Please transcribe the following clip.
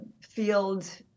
field